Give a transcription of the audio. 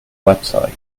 website